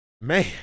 Man